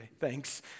thanks